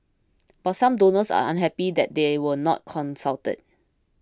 but some donors are unhappy that they were not consulted